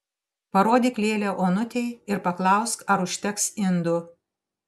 parodyk lėlę onutei ir paklausk ar užteks indų